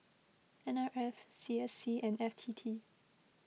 N R F C S C and F T T